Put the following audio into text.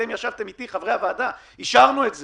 אתם ישבתם איתי, חברי הוועדה, אישרנו את זה.